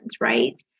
Right